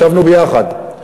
ישבנו ביחד,